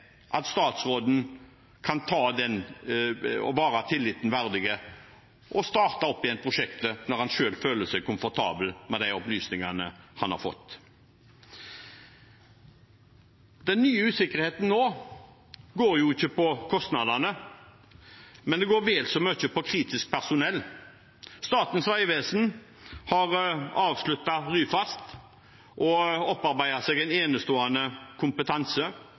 at statsråden kan vise seg tilliten verdig og starte opp igjen prosjektet når han selv føler seg komfortabel med de opplysningene han har fått. Den nye usikkerheten nå går jo ikke på kostnadene, men det går vel så mye på kritisk personell. Statens vegvesen har avsluttet Ryfast og opparbeidet seg en enestående kompetanse